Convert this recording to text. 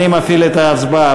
אני מפעיל את ההצבעה.